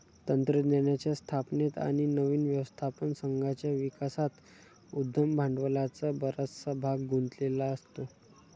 तंत्रज्ञानाच्या स्थापनेत आणि नवीन व्यवस्थापन संघाच्या विकासात उद्यम भांडवलाचा बराचसा भाग गुंतलेला असतो